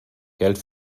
geld